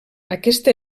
aquesta